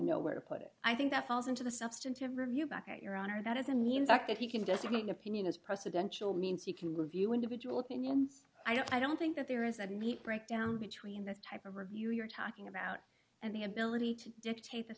know where to put it i think that falls into the substantive review back at your honor that is a need in fact if you can designate an opinion as presidential means you can review individual opinions i don't think that there is a neat breakdown between the type of review you're talking about and the ability to dictate th